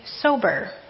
sober